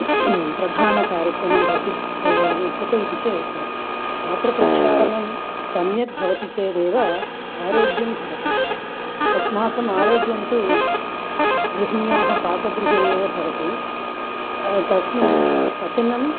प्रधानकार्यक्रमं भवति क् कुत इति चेत् पात्रप्रक्षालनं सम्यक् भवति चेदेव आरोग्यं भवति अस्माकं आरोग्यं तु गृहिण्याः पाकगृहे एव भवति तस्मिन् पचनं